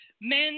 Men